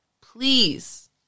please